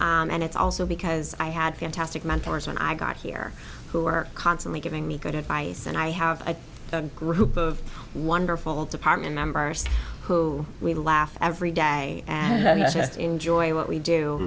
go and it's also because i had fantastic mentors when i got here who are constantly giving me good advice and i have a group of wonderful department members who we laugh every day and just enjoy what we do